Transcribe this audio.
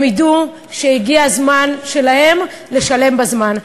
הם ידעו שהגיע הזמן שלהם לשלם בזמן.